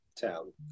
town